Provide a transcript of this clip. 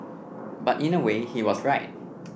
but in a way he was right